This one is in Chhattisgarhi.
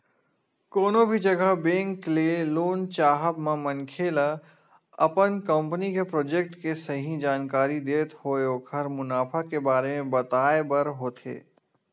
कोनो भी जघा बेंक ले लोन चाहब म मनखे ल अपन कंपनी के प्रोजेक्ट के सही जानकारी देत होय ओखर मुनाफा के बारे म बताय बर होथे